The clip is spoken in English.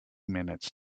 minutes